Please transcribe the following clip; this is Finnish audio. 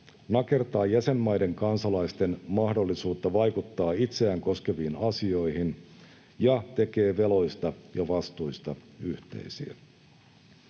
nakertaa jäsenmaiden kansalaisten mahdollisuutta vaikuttaa itseään koskeviin asioihin ja tekee veloista ja vastuista yhteisiä.